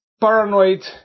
paranoid